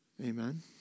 Amen